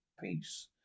peace